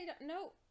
no